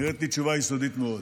זו נראית לי תשובה יסודית מאוד.